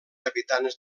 habitants